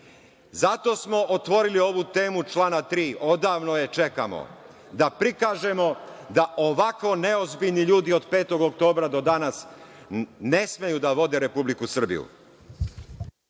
smo otvorili ovu temu člana 3, odavno je čekamo, da prikažemo da ovako neozbiljni ljudi od 5. oktobra do danas ne smeju da vode Republiku Srbiju.